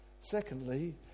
Secondly